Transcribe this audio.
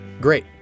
great